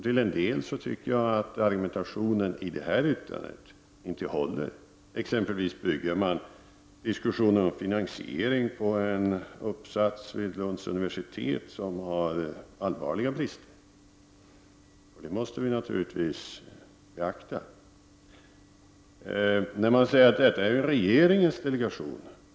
Jag tycker att argumentationen i det här yttrandet till en del inte håller. Man bygger t.ex. diskussionen om finansiering på en uppsats från Lunds universitet, en uppsats som har allvarliga brister. Detta måste vi naturligtvis beakta. Man säger att detta är regeringens delegation.